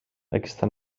aquesta